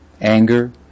anger